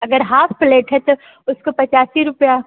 अगर half plate है तो उसको पचासी रुपया